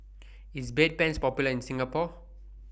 IS Bedpans Popular in Singapore